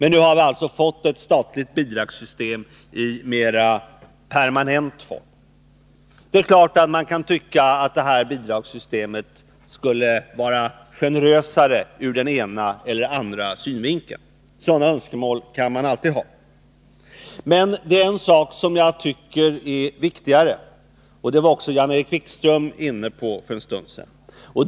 Nu har vi alltså fått ett statligt bidragssystem i mera permanent form. Det är klart att man kan tycka att detta bidragssystem skulle vara generösare ur den ena eller den andra synvinkeln. Sådana önskemål kan man alltid ha. Men det är en sak som jag tycker är viktigare — och det var också Jan-Erik Wikström inne på för en stund sedan.